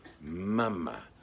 mama